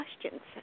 questions